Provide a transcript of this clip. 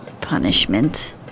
punishment